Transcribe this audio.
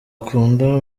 kunda